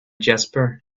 jasper